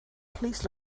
please